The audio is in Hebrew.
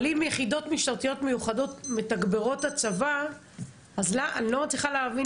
אבל אם יחידות משטרתיות מיוחדות מתגברות את הצבא אז אני לא מצליחה להבין